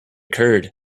curd